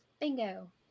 Bingo